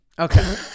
Okay